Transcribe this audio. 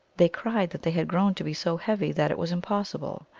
they cried that they had grown to be so heavy that it was impossible.